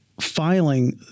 filing